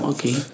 Okay